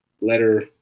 letter